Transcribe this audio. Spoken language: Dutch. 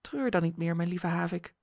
treur dan niet meer mijn lieve havik